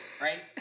right